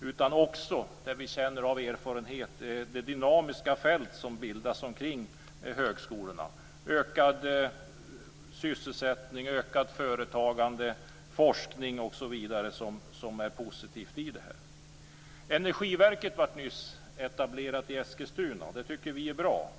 utan också för att vi av erfarenhet känner det dynamiska fält som bildas omkring högskolorna: ökad sysselsättning, ökat företagande, forskning osv. Det är positivt. Energiverket etablerades nyss i Eskilstuna. Det tycker vi är bra.